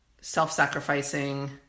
self-sacrificing